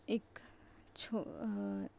ਇੱਕ